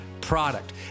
product